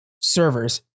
servers